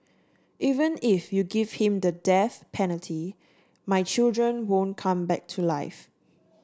even if you give him the death penalty my children won't come back to life